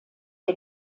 der